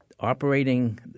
operating